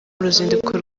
ruzinduko